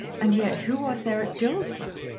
and yet who was there at dillsborough?